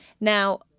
now